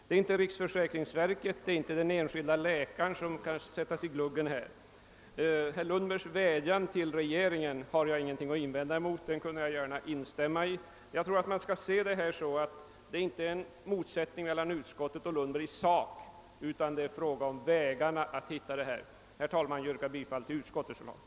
Det är inte riksförsäkringsverket, inte den enskilde läkaren som skall sättas i skottgluggen. Jag har ingenting att invända emot herr Lundbergs vädjan till regeringen utan vill gärna instämma i den. Det föreligger här inte heller något motsatsförhållande i sak mellan herr Lundberg och utskottet, utan det är fråga om vägarna att finna en lösning. Herr talman! Jag yrkar bifall till utskottets förslag.